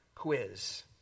Quiz